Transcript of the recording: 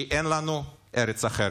כי אין לנו ארץ אחרת.